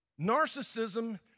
Narcissism